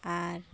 আর